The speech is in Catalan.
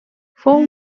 fou